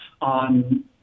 on